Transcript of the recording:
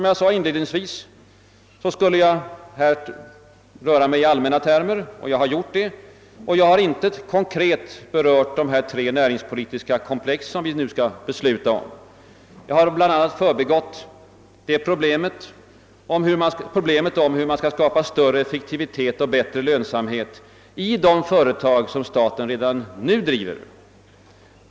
Jag sade inledningsvis att jag skulle röra mig med allmänna termer. Jag har gjort det och har inte konkret berört de tre näringspolitiska komplex som vi i dag skall besluta om. Jag har bl.a. förbigått problemet om hur man skall skapa större effektivitet och bättre lönsamhet i de företag som staten redan nu driver.